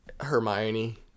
Hermione